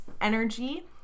energy